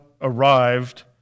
arrived